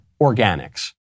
organics